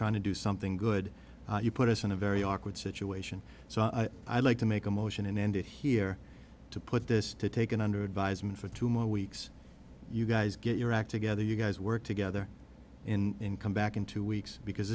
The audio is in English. trying to do something good you put us in a very awkward situation so i'd like to make a motion and end it here to put this to take it under advisement for two more weeks you guys get your act together you guys work together in come back in two weeks because